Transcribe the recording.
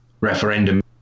referendum